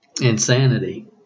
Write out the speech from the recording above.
insanity